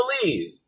believe